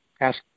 ask